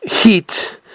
heat